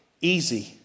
easy